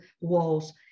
walls